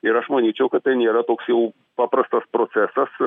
ir aš manyčiau kad tai nėra toks jau paprastas procesas